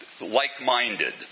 like-minded